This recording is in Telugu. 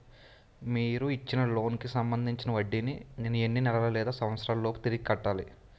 మీరు ఇచ్చిన లోన్ కి సంబందించిన వడ్డీని నేను ఎన్ని నెలలు లేదా సంవత్సరాలలోపు తిరిగి కట్టాలి?